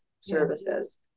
services